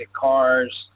cars